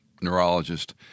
neurologist